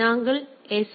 எனவே நாங்கள் எஸ்